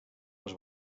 els